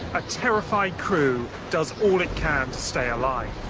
a terrified crew does all it can to stay alive.